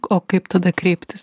o kaip tada kreiptis